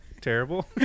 terrible